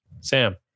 Sam